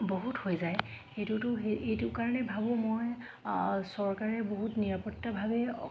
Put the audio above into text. বহুত হৈ যায় সেইটোতো এইটো কাৰণে ভাবোঁ মই চৰকাৰে বহুত নিৰাপত্তাভাৱে